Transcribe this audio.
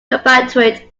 compatriot